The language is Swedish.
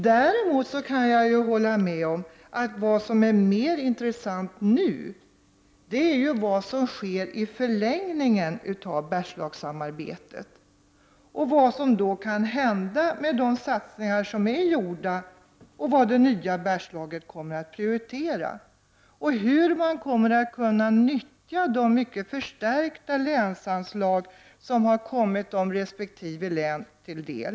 Däremot kan jag hålla med om att vad som är mer intressant i nuläget är vad som sker i förlängningen av Bergslagssamarbetet, vad som kan hända med de gjorda satsningarna och vad det nya Bergslagen kommer att prioritera samt hur man kommer att kunna nyttja de mycket förstärkta gränsanslag som har kommit resp. län till del.